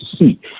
see